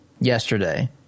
yesterday